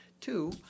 Two